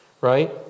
Right